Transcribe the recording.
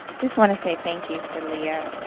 just want to say thank you for lia.